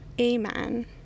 Amen